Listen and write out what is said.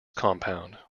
compound